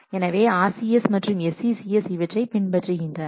எனவே RCS மற்றும் SCCS இவற்றை பின்பற்றுகின்றன